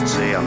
See